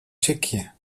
sikje